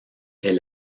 est